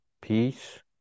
peace